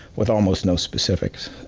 with almost no specifics.